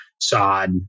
sod